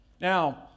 Now